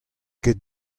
ket